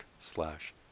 slash